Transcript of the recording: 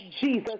Jesus